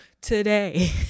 today